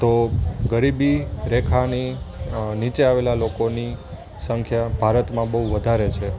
તો ગરીબી રેખાની નીચે આવેલા લોકોની સંખ્યા ભારતમાં બહુ વધારે છે